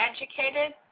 educated